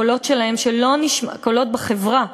קולות בחברה,